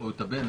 או את הבן שלו,